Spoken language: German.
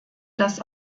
das